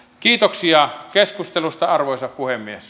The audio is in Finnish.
kiitoksia keskustelusta arvoisa puhemies